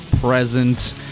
Present